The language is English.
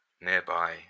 nearby